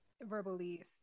verbally